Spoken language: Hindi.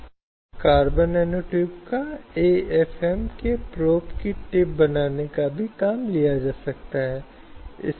अब क्या यौन उत्पीड़न इतना महत्वपूर्ण है क्योंकि इस तथ्य के कारण है कि महिला यहां कार्यरत है